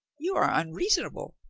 you are unreasonable,